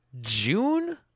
June